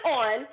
on